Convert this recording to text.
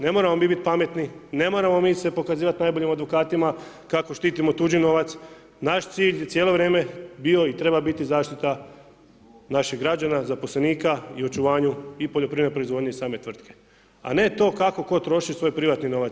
Ne moramo mi biti pametni, ne moramo mi se pokazivati najboljim advokatima kako štitimo tuđi novac, naš cilj je cijelo vrijeme bio i treba biti zaštita naših građana, zaposlenika i u očuvanju poljoprivredne proizvodnje i same tvrtke, a ne to kako ko troši svoj privatni novac.